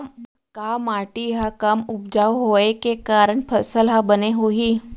का माटी हा कम उपजाऊ होये के कारण फसल हा बने होही?